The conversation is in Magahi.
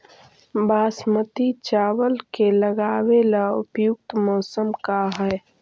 बासमती चावल के लगावे ला उपयुक्त मौसम का है?